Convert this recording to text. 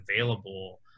available